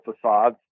facades